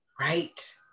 Right